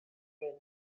wind